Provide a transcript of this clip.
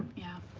yeah.